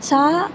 सा